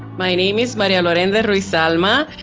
my name is maria lorraine de ruiz-alma,